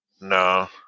No